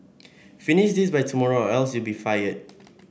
finish this by tomorrow or else you'll be fired